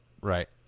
right